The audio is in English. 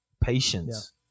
patience